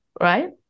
right